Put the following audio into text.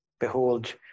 Behold